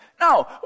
No